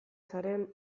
zaren